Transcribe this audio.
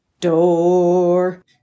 door